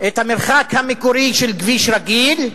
את המרחק המקורי של כביש רגיל,